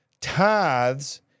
tithes